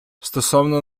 стосовно